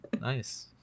Nice